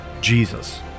Jesus